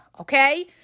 okay